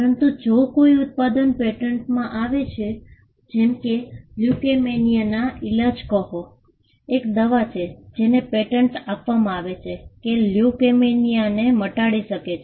પરંતુ જો કોઈ ઉત્પાદન પેટન્ટમાં આવે છે જેમ કે લ્યુકેમિયાના ઇલાજ કહો એક દવા છે જેને પેટન્ટ આપવામાં આવે છે જે લ્યુકેમિયાને મટાડી શકે છે